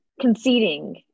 conceding